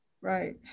Right